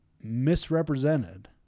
misrepresented